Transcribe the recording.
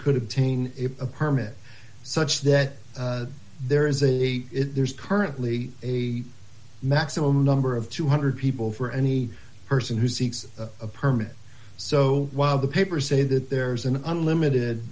could obtain a permit such that there is a there's currently a maximum number of two hundred people for any person who seeks a permit so while the papers say that there's an unlimited